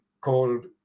called